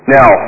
Now